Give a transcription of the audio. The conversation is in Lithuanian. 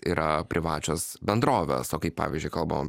yra privačios bendrovės o kaip pavyzdžiui kalbom